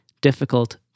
difficult